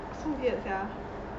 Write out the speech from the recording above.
so weird sia